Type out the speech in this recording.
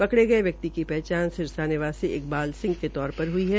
पकड़े गये व्यक्ति की पहचान सिरसा निवासी इकबाल सिंह के तौर पर हई है